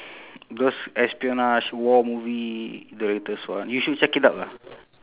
those espionage war movie the latest one you should check it out ah